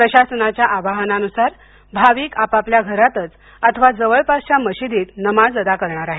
प्रशासनाच्या आवाहनानुसार भाविक आपापल्या घरातच अथवा जवळपासच्या मशिदीत नमाज अदा करणार आहेत